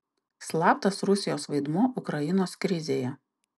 slaptas rusijos vaidmuo ukrainos krizėje